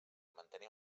mantenia